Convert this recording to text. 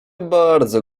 bardzo